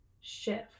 shift